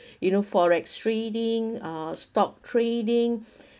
you know FOREX trading uh stock trading